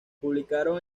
publicaron